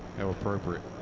how appropriate.